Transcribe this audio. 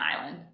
island